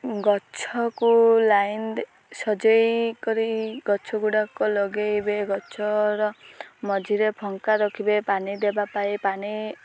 ଗଛକୁ ଲାଇନ ସଜେଇକରି ଗଛ ଗୁଡ଼ାକ ଲଗେଇବେ ଗଛର ମଝିରେ ଫଙ୍କା ରଖିବେ ପାଣି ଦେବା ପାଇଁ ପାଣି